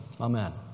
Amen